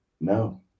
no